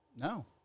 No